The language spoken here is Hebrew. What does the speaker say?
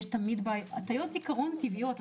טעויות זיכרון הן טבעיות.